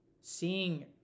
seeing